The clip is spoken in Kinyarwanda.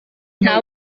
nta